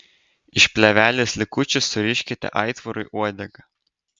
iš plėvelės likučių suriškite aitvarui uodegą